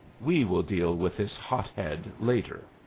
we will deal with this hot-head later,